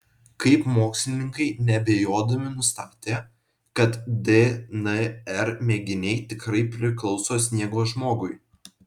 kaip mokslininkai neabejodami nustatė kad dnr mėginiai tikrai priklauso sniego žmogui